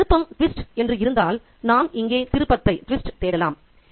ஒரு திருப்பம் என்று இருந்தால் நாம் இங்கே திருப்பத்தைத் தேடலாம்